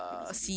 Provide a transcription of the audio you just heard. A B C D